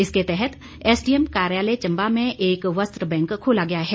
इसके तहत एसडीएम कार्यालय चंबा में एक वस्त्र बैंक खोला गया है